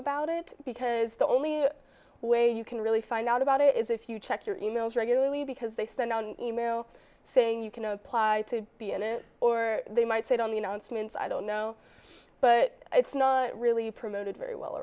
about it because the only way you can really find out about it is if you check your emails regularly because they send on e mail saying you can apply to be in it or they might sit on the announcements i don't know but it's not really promoted very well